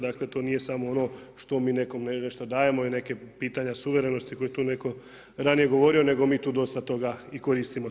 Dakle to nije samo ono što mi nekome nešto dajemo i neka pitanja suverenosti koje je tu netko ranije govorio nego mi tu dosta toga i koristimo toga.